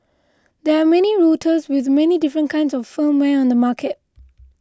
there are many routers with many different kinds of firmware on the market